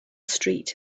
street